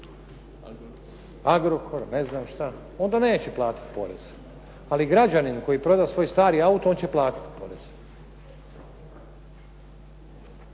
Agrocor, ne znam šta, onda neće platiti porez ali građanin koji proda svoj stari auto on će platiti porez.